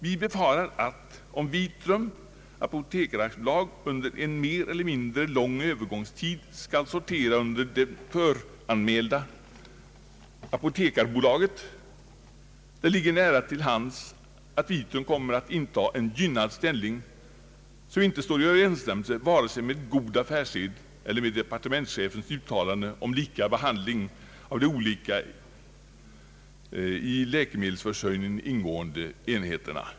Vi befarar att om Vitrum apotekare AB under en mer eller mindre lång övergångstid skall sortera under det föranmälda apoteksbolaget det ligger nära till hands att Vitrum kommer att inta en gynnad ställning som inte står i överensstämmelse vare sig med god affärssed eller med departementschefens uttalande om lika behandling av de olika i läkemedelsförsörjningen ingående enheterna.